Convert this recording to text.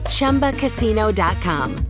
ChumbaCasino.com